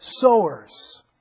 sowers